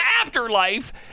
afterlife